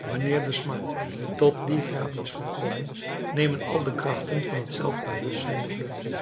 wanneer de smart tot dien graad is gekomen nemen al de krachten van het zelfbewustzijn de vlucht